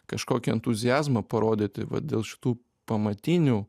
kažkokį entuziazmą parodyti va dėl šitų pamatinių